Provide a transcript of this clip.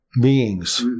beings